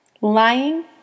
lying